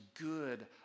good